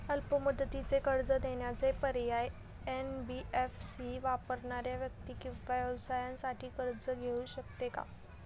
अल्प मुदतीचे कर्ज देण्याचे पर्याय, एन.बी.एफ.सी वापरणाऱ्या व्यक्ती किंवा व्यवसायांसाठी कर्ज घेऊ शकते का?